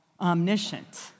omniscient